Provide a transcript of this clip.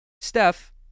Steph